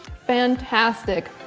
fantastic.